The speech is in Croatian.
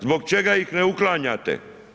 Zbog čega ih ne uklanjate?